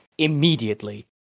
immediately